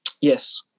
Yes